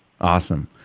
Awesome